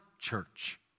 church